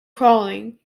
crawling